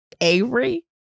Avery